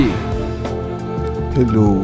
Hello